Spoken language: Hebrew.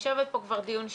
היא יושבת פה כבר דיון שני,